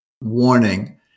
warning